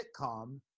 sitcom